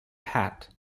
hat